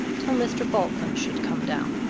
till mr. falkland should come down.